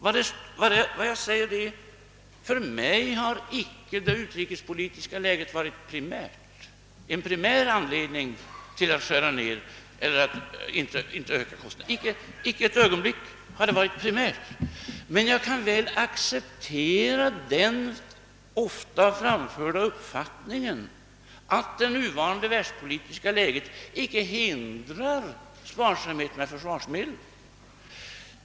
Vad jag säger är att det utrikespolitiska läget för mig icke har varit en primär anledning till att inte öka kostnaderna men att jag väl kan acceptera den ofta framförda uppfattningen, att det nuvarande världspolitiska läget icke hindrar sparsamhet med försvarsmedel.